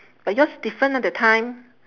but yours different ah that time